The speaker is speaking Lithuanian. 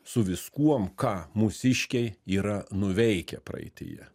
su viskuom ką mūsiškiai yra nuveikę praeityje